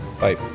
Bye